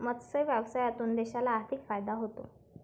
मत्स्य व्यवसायातून देशाला आर्थिक फायदा होतो